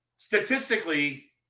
Statistically